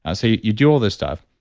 ah so you do all this stuff.